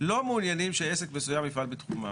לא מעוניינים שעסק מסוים יפעל בתחומם.